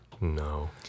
No